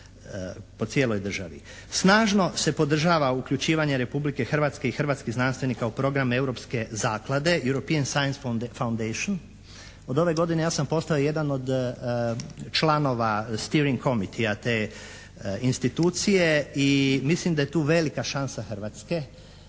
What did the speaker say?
po cijeloj državi. Snažno se podržava uključivanje Republike Hrvatske i hrvatskih znanstvenika u program europske zaklade … Od ove godine ja sam postao jedan od članova … te institucije i mislim da je tu velika šansa Hrvatske